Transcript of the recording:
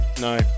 No